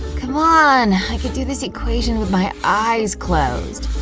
c'mon do this equation with my eyes closed.